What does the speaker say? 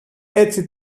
έτσι